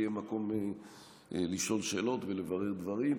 יהיה מקום לשאול שאלות ולברר דברים.